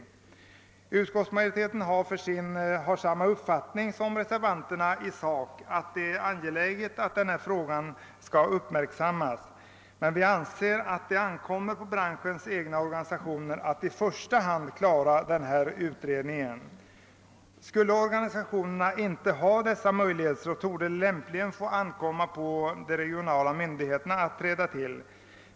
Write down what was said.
I sak delar utskottsmajoriteten reservanternas uppfattning att det är angeläget att denna fråga uppmärksammas, men vi anser att det i första hand ankommer på branschens egna organisationer att företa den föreslagna utredningen. Om organisationerna inte har möjligheter att göra den, torde det lämpligen få ankomma på de regionala myndigheterna att träda till.